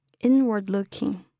inward-looking